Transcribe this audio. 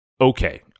Okay